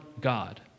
God